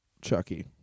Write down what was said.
Chucky